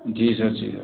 जी sir जी sir